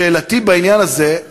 שאלתי בעניין הזה,